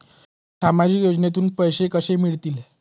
सामाजिक योजनेतून पैसे कसे मिळतील?